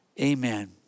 Amen